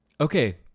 okay